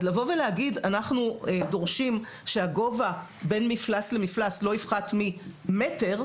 אז לבוא ולומר שאנחנו דורשים שהגובה בין מפלס למפלס לא יפחת ממטר,